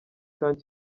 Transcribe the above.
camp